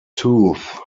tooth